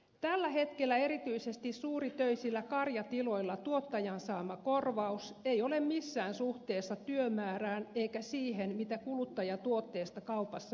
tällä hetkellä erityisesti suuritöisillä karjatiloilla tuottajan saama korvaus ei ole missään suhteessa työmäärään eikä siihen mitä kuluttaja tuotteesta kaupassa maksaa